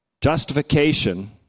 Justification